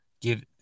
give